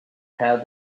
proud